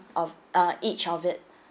of uh each of it